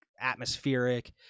atmospheric